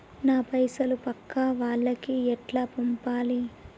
నా పైసలు పక్కా వాళ్లకి ఎట్లా పంపాలి?